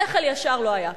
שכל ישר לא היה כאן.